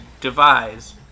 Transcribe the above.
devise